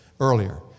earlier